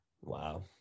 Wow